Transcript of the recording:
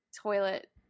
toilet